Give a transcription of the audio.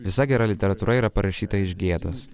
visa gera literatūra yra parašyta iš gėdos